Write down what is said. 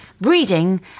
breeding